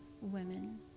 women